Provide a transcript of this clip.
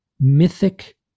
mythic